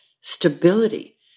stability